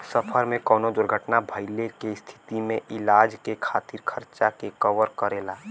सफर में कउनो दुर्घटना भइले के स्थिति में इलाज के खातिर खर्चा के कवर करेला